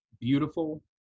Beautiful